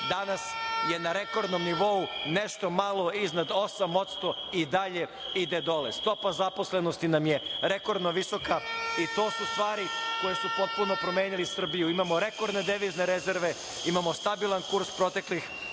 Danas je na rekordnom nivou nešto malo iznad 8% i dalje ide dole. Stopa zaposlenosti nam je rekordno visoka. To su stvari koje su potpuno promenile Srbiju. Imamo rekordne devizne rezerve, imamo stabilan kurs proteklih